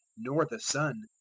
nor the son,